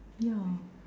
yeah